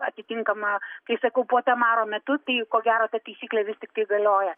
atitinkamą tai sakau puota maro metu tai ko gero ta taisyklė vis tiktai galioja